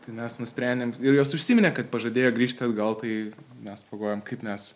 tai mes nusprendėm ir jos užsiminė kad pažadėjo grįžti atgal tai mes pagalvojom kaip mes